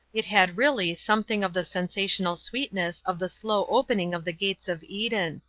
it had really something of the sensational sweetness of the slow opening of the gates of eden.